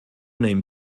name